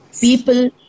People